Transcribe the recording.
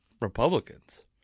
Republicans